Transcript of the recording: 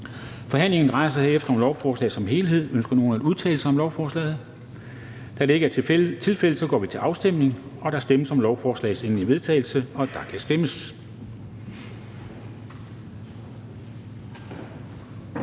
Forhandlingen drejer sig herefter om lovforslaget som helhed. Ønsker nogen at udtale sig om lovforslaget? Da det ikke er tilfældet, går vi til afstemning. Kl. 19:16 Afstemning Formanden (Henrik Dam Kristensen): Der stemmes